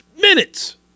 minutes